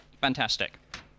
Fantastic